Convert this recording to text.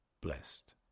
blessed